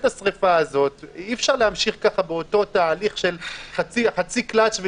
כתוב: "לא יפעיל אדם מקום ציבורי או